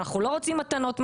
אנחנו לא רוצים מתנות מעשירים,